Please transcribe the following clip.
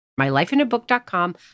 MyLifeInABook.com